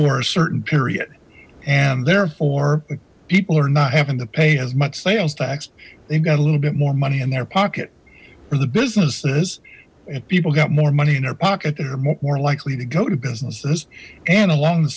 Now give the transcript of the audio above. or a certain period and therefore but people are not having to pay as much sales tax they've got a little bit more money in their pocket for the businesses and people got more money in their pocket they're more likely to go to businesses and along the